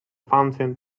fountain